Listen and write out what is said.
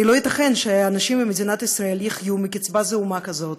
הרי לא ייתכן שאנשים במדינת ישראל יחיו מקצבה זעומה כזאת,